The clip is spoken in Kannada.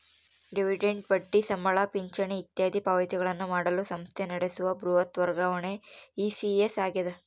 ಡಿವಿಡೆಂಟ್ ಬಡ್ಡಿ ಸಂಬಳ ಪಿಂಚಣಿ ಇತ್ಯಾದಿ ಪಾವತಿಗಳನ್ನು ಮಾಡಲು ಸಂಸ್ಥೆ ನಡೆಸುವ ಬೃಹತ್ ವರ್ಗಾವಣೆ ಇ.ಸಿ.ಎಸ್ ಆಗ್ಯದ